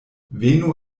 venu